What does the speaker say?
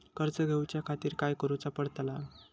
कर्ज घेऊच्या खातीर काय करुचा पडतला?